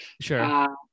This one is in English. sure